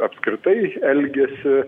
apskritai elgesį